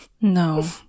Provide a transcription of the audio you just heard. No